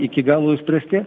iki galo išspręsti